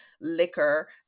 liquor